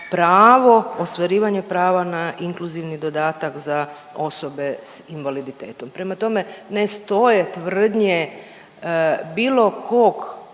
pravo, ostvarivanje prava na inkluzivni dodatak za osobe sa invaliditetom. Prema tome, ne stoje tvrdnje bilo kog